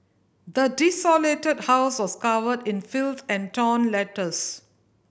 the desolated house was covered in filth and torn letters